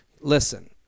Listen